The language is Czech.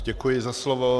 Děkuji za slovo.